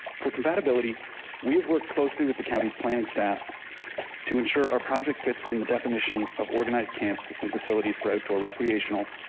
for compatibility we have worked closely with the county planning staff to ensure our project fits within the definition of organized camps and facilities for outdoor recreational,